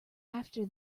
after